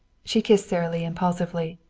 she kissed sara lee impulsively.